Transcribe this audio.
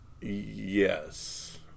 Yes